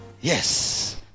Yes